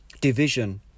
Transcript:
division